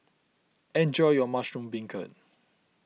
enjoy your Mushroom Beancurd